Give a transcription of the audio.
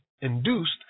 induced